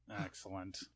Excellent